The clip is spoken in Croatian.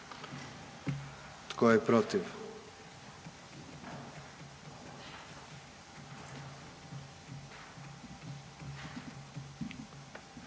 tko je protiv?